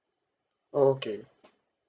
oh okay